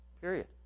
Period